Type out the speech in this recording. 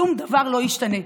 שום דבר לא ישתנה.